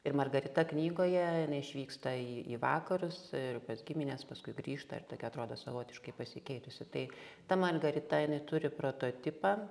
ir margarita knygoje jinai išvyksta į į vakarus ir pas gimines paskui grįžta ir tokia atrodo savotiškai pasikeitusi tai ta margarita jinai turi prototipą